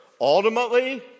ultimately